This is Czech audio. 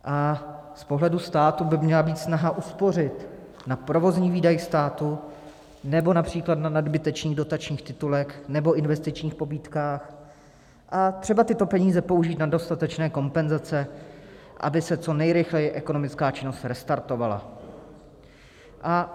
A z pohledu státu by měla být snaha uspořit na provozních výdajích státu nebo například na nadbytečných dotačních titulech nebo investičních pobídkách a třeba tyto peníze použít na dostatečné kompenzace, aby se co nejrychleji ekonomická činnost restartovala.